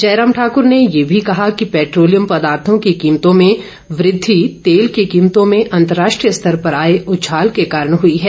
जयराम ठाकुर ने ये भी कहा कि पैट्रोलियम पदार्थो की कीमतों में वृद्धि तेल की कीमतों में अतराष्ट्रीय स्तर पर आए उछाल के कारण हुई है